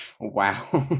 Wow